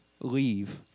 Leave